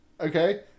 Okay